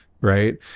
right